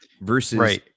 Versus